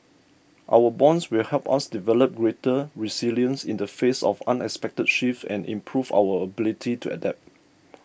our bonds will help us develop greater resilience in the face of unexpected shifts and improve our ability to adapt